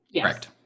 Correct